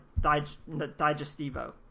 Digestivo